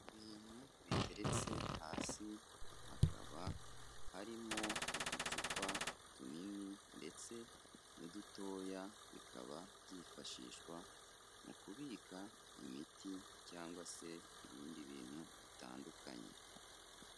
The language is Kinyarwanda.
Ni ibintu biteretse hasi, hakaba harimo uducupa tunini ndetse n'udutoya bikaba byifashishwa mu kubika imiti cyangwa se ibindi bintu bitandukanye.